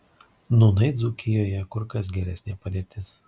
nūnai dzūkijoje kur kas geresnė padėtis